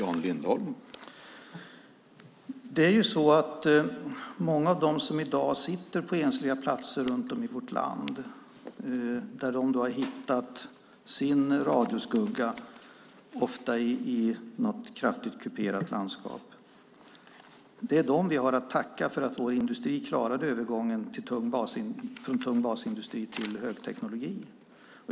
Herr talman! Många av dem som i dag sitter på ensliga platser runt om i vårt land där de har hittat sin radioskugga, ofta i något kraftigt kuperat landskap, är de som vi har att tacka för att vår industri klarade övergången från tung basindustri till högteknologi.